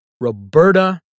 Roberta